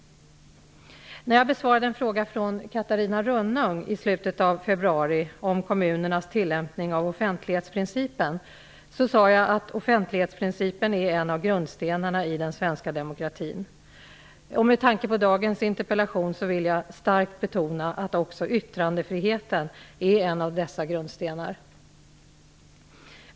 När jag besvarade en fråga från Catarina Rönnung i slutet av februari om kommunernas tillämpning av offentlighetsprincipen sade jag att ''offentlighetsprincipen är en av grundstenarna i den svenska demokratin''. Med tanke på dagens interpellation vill jag starkt betona att också yttrandefriheten är en av dessa grundstenar.